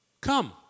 Come